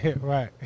Right